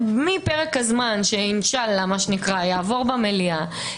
שמפרק הזמן שאינשאללה מה שנקרא יעבור במליאה,